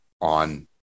on